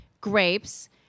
grapes